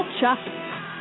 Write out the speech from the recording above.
Culture